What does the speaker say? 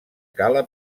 cala